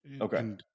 Okay